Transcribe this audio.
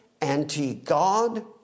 anti-God